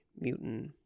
mutant